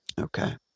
Okay